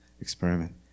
experiment